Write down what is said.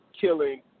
killing